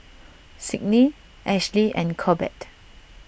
Signe Ashley and Corbett